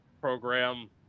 program